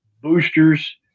boosters